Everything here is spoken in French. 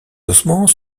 ossements